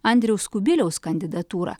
andriaus kubiliaus kandidatūrą